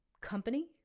company